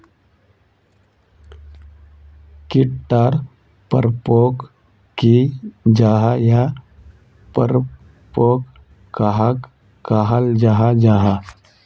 कीट टर परकोप की जाहा या परकोप कहाक कहाल जाहा जाहा?